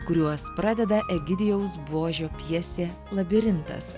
kuriuos pradeda egidijaus buožio pjesė labirintas